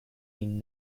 been